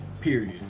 period